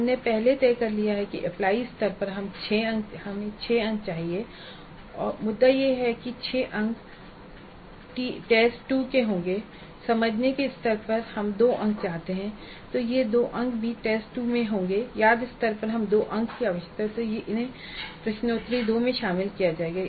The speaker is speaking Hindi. हमने पहले ही तय कर लिया है कि एप्लाई स्तर पर हमें 6 अंक चाहिए और मुद्दा यह है कि ये 6 अंक टी 2 के होंगे और समझने के स्तर पर हम 2 अंक चाहते थे और ये 2 अंक भी टी 2 में होंगे और याद स्तर पर हमें 2 अंक की आवश्यकता है और इन्हें प्रश्नोत्तरी 2 में शामिल किया जाएगा